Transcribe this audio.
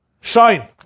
shine